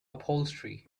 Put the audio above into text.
upholstery